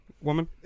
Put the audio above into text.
woman